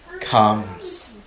comes